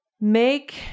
Make